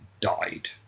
died